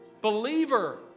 Believer